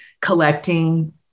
collecting